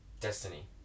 Destiny